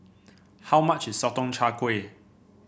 how much is Sotong Char Kway